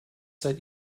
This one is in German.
seid